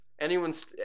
anyone's